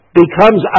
becomes